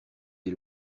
des